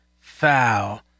foul